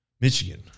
Michigan